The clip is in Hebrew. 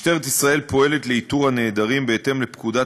1. משטרת ישראל פועלת לאיתור נעדרים בהתאם לפקודת